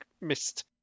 missed